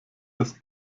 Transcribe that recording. das